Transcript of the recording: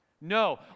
No